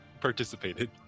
participated